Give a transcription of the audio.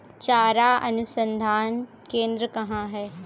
चारा अनुसंधान केंद्र कहाँ है?